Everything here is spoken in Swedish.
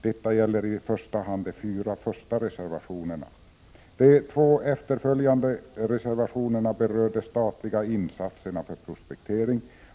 Detta gäller främst de fyra första reservationerna. De två efterföljande reservationerna berör de statliga insatserna för prospektering.